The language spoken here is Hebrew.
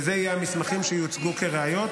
ואלה יהיו המסמכים שיוצגו כראיות.